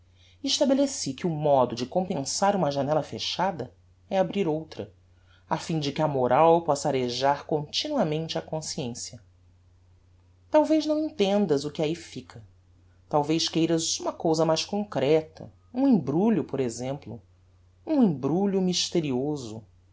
estabeleci que o modo de compensar uma janella fechada é abrir outra afim de que a moral possa arejar continuamente a consciencia talvez não entendas o que ahi fica talvez queiras uma cousa mais concreta um embrulho por exemplo um embrulho mysterioso